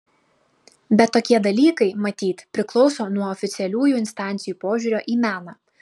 bet tokie dalykai matyt priklauso nuo oficialiųjų instancijų požiūrio į meną